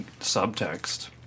subtext